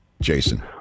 Jason